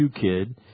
kid